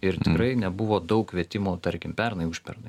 ir tikrai nebuvo daug kvietimų tarkim pernai užpernai